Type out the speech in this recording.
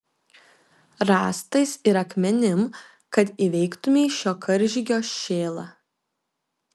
rąstais ir akmenim kad įveiktumei šio karžygio šėlą